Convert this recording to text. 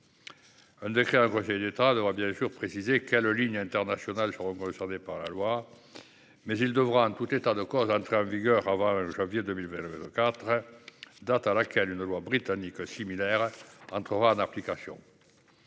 Un décret en Conseil d'État devra préciser quelles lignes internationales seront concernées par la loi. Il devra, en tout état de cause, entrer en vigueur avant janvier 2024, date à laquelle une loi britannique similaire entrera en application.